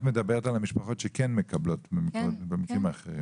את מדברת על המשפחות שכן מקבלות ממשרד הרווחה.